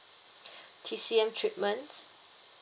T_C_M treatment